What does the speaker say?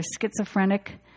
schizophrenic